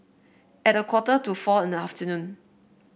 at a quarter to four in the afternoon